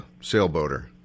sailboater